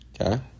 Okay